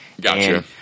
Gotcha